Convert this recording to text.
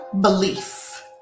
belief